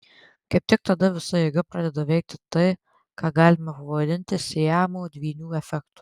kaip tik tada visa jėga pradeda veikti tai ką galima pavadinti siamo dvynių efektu